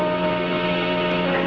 a